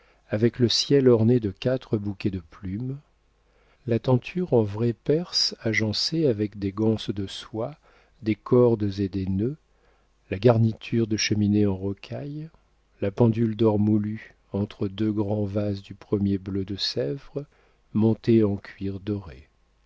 avec le ciel orné de quatre bouquets de plumes la tenture en vraie perse agencée avec des ganses de soie des cordes et des nœuds la garniture de cheminée en rocaille la pendule d'or moulu entre deux grands vases du premier bleu de sèvres montés en cuivre doré